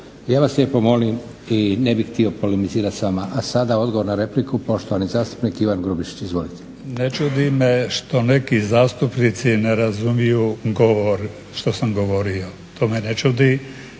Ja vas lijepo molim i ne bih htio polemizirati s vama. A sada odgovor na repliku, poštovani zastupnik Ivan Grubišić. Izvolite. **Grubišić, Ivan (Nezavisni)** Ne čudi me što neki zastupnici ne razumiju govor što sam govorio, to me ne čudi,